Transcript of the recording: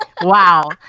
Wow